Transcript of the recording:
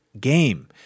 game